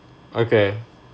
okay